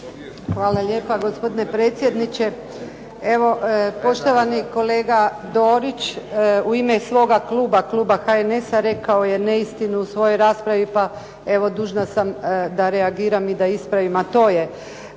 Hvala lijepa gospodine predsjedniče. Evo poštovani kolega Dorić u ime svoga kluba, kluba HNS-a, rekao je neistinu u svojoj raspravi, pa evo dužna sam da reagiram i da ispravim.